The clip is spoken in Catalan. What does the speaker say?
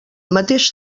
mateix